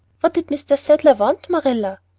what did mr. sadler want, marilla?